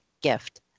gift